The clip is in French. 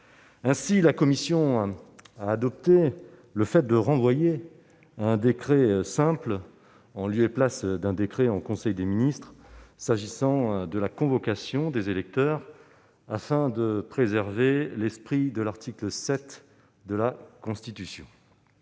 Elle a ainsi adopté le renvoi à un décret simple, en lieu et place d'un décret en conseil de ministres, de la convocation des électeurs, afin de préserver l'esprit de l'article 7 de la Constitution.